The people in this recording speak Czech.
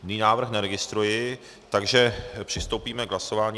Jiný návrh neregistruji, takže přistoupíme k hlasování.